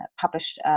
published